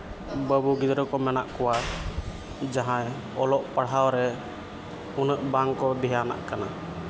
ᱢᱟᱹᱭᱼᱵᱟᱹᱵᱩ ᱜᱤᱫᱽᱨᱟᱹ ᱠᱚ ᱢᱮᱱᱟᱜ ᱠᱚᱣᱟ ᱡᱟᱦᱟᱸᱭ ᱚᱞᱚᱜ ᱯᱟᱲᱦᱟᱣ ᱨᱮ ᱩᱱᱟᱹᱜ ᱵᱟᱝᱠᱚ ᱫᱷᱮᱭᱟᱱᱟᱜ ᱠᱟᱱᱟ